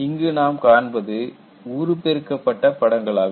இங்கு நாம் காண்பது உருபெருக்கப்பட்ட படங்களாகும்